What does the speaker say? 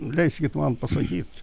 leiskit man pasakyt